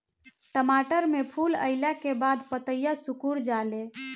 टमाटर में फूल अईला के बाद पतईया सुकुर जाले?